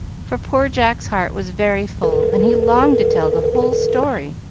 for poor jack's heart was very full, and he longed to tell the whole story,